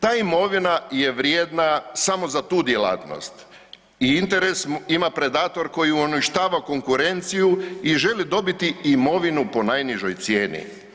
Ta imovina je vrijedna samo za tu djelatnost i interes ima predator koji uništava konkurenciju i želi dobiti imovinu po najnižoj cijeni.